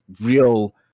real